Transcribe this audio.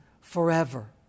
forever